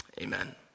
amen